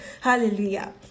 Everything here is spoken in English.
Hallelujah